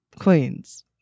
queens